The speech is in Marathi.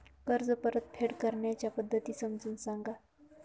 कर्ज परतफेड करण्याच्या पद्धती समजून सांगा